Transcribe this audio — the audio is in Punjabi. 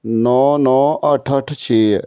ਨੌਂ ਨੌਂ ਅੱਠ ਅੱਠ ਛੇ